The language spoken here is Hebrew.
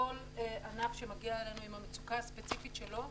כל ענף שמגיע אלינו עם המצוקה הספציפית שלו,